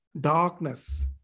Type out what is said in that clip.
darkness